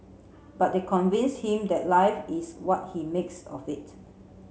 but they convince him that life is what he makes of it